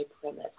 premise